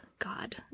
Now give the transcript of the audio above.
god